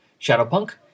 Shadowpunk